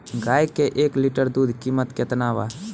गाय के एक लीटर दूध कीमत केतना बा?